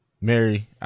Mary